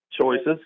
choices